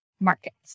markets